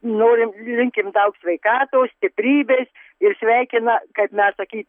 norim linkim daug sveikatos stiprybės ir sveikina kaip mes saky